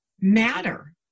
matter